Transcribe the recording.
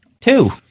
Two